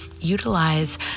utilize